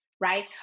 right